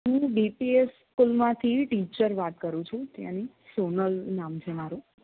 હું ડીપીએસ સ્કૂલમાંથી ટીચર વાત કરું છું ત્યાંની સોનલ નામ છે મારું